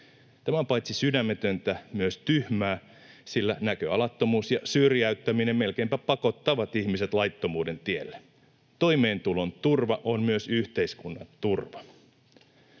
Tämä on paitsi sydämetöntä myös tyhmää, sillä näköalattomuus ja syrjäyttäminen melkeinpä pakottavat ihmiset laittomuuden tielle. Toimeentulon turva on myös yhteiskunnan turva.